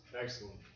Excellent